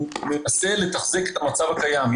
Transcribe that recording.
הוא מנסה לתחזק את המצב הקיים.